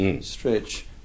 stretch